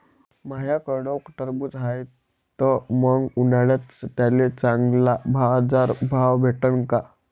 माह्याकडं टरबूज हाये त मंग उन्हाळ्यात त्याले चांगला बाजार भाव भेटन का?